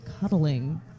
cuddling